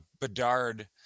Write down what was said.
bedard